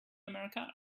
americano